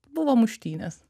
buvo muštynės